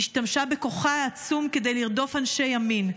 השתמשה בכוחה העצום כדי לרדוף אנשי ימין,